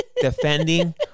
defending